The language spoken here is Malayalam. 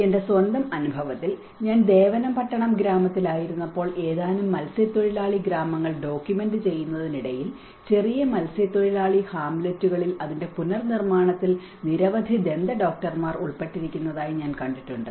എന്റെ സ്വന്തം അനുഭവത്തിൽ ഞാൻ ദേവനംപട്ടണം ഗ്രാമത്തിൽ ആയിരുന്നപ്പോൾ ഏതാനും മത്സ്യത്തൊഴിലാളി ഗ്രാമങ്ങൾ ഡോക്യുമെന്റ് ചെയ്യുന്നതിനിടയിൽ ചെറിയ മത്സ്യത്തൊഴിലാളി ഹാംലെറ്റുകളിൽ അതിന്റെ പുനർനിർമ്മാണത്തിൽ നിരവധി ദന്തഡോക്ടർമാർ ഉൾപ്പെട്ടിരിക്കുന്നതായി ഞാൻ കണ്ടിട്ടുണ്ട്